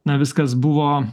na viskas buvo